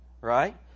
right